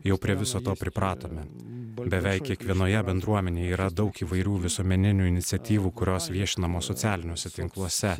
jau prie viso to pripratome beveik kiekvienoje bendruomenėje yra daug įvairių visuomeninių iniciatyvų kurios viešinamos socialiniuose tinkluose